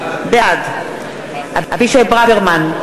בעד אבישי ברוורמן,